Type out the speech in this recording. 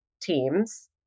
teams